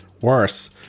Worse